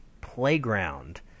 playground